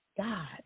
God